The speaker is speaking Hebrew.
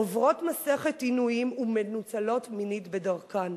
עוברות מסכת עינויים ומנוצלות מינית בדרכן.